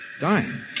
Dying